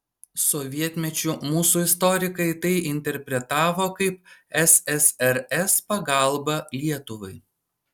sovietmečiu mūsų istorikai tai interpretavo kaip ssrs pagalbą lietuvai